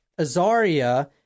Azaria